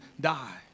die